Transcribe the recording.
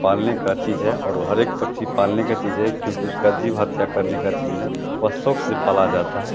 पालने का चीज़ है और हर पक्षी एक पालने की चीज़ है क्योंकि उसका जीव हत्या करने की चीज़ ना वह शौक़ से पाला जाता है